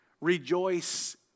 Rejoice